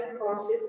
courses